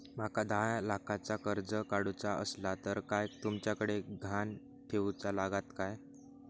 माका दहा लाखाचा कर्ज काढूचा असला तर काय तुमच्याकडे ग्हाण ठेवूचा लागात काय?